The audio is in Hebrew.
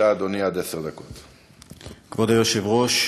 אדוני היושב-ראש,